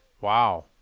Wow